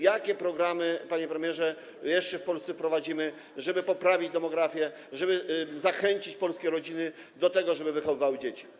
Jakie programy, panie premierze, jeszcze w Polsce wprowadzimy, żeby poprawić demografię, żeby zachęcić polskie rodziny do tego, żeby wychowywały dzieci?